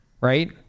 Right